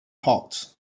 hot